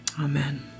Amen